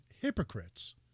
hypocrites